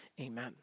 Amen